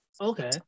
okay